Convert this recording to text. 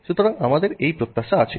সুতরাং আমাদের এই প্রত্যাশা আছে